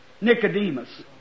Nicodemus